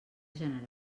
general